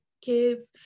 kids